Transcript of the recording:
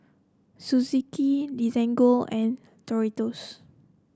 Suzuki Desigual and Doritos